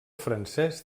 francès